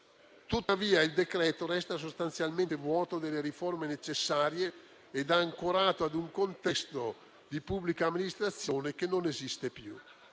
Tuttavia, il decreto-legge in esame resta sostanzialmente vuoto delle riforme necessarie ed è ancorato ad un contesto di pubblica amministrazione che non esiste più.